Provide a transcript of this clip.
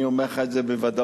אני אומר לך את זה בוודאות.